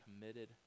committed